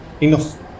Enough